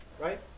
right